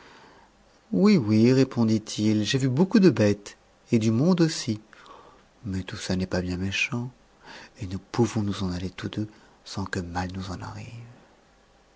oui oui répondit-il j'ai vu beaucoup de bêtes et du monde aussi mais tout ça n'est pas bien méchant et nous pouvons nous en aller tous deux sans que mal nous en arrive